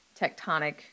tectonic